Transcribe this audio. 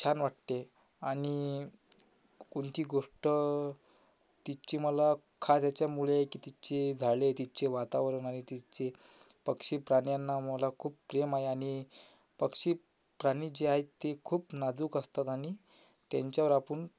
छान वाटते आणि कोणची गोष्ट तिथची मला खास याच्यामुळे आहे की तिथचे झाडे तिथचे वातावरण आणि तिथचे पक्षी प्राण्यांना मला खूप प्रेम आहे आणि पक्षी प्राणी जे आहेत ते खूप नाजूक असतात आणि त्यांच्यावर आपण